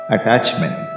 Attachment